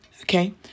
okay